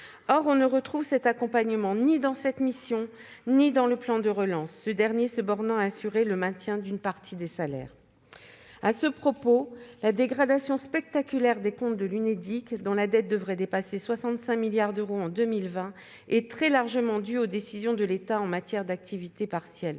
de financer cet accompagnement ni dans cette mission ni dans la mission « Plan de relance », les crédits de cette dernière visant seulement à assurer le maintien d'une partie des salaires. À ce propos, la dégradation spectaculaire des comptes de l'Unédic, dont la dette devrait dépasser 65 milliards d'euros en 2020, est très largement due aux décisions de l'État en matière d'activité partielle.